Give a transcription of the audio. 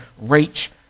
reach